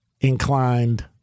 inclined